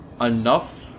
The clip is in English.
enough